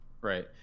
right